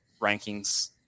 rankings